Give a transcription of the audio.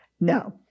No